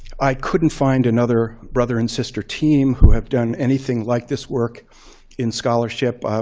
i couldn't find another brother and sister team who have done anything like this work in scholarship.